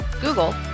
Google